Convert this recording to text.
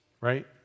Right